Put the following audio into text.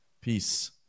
Peace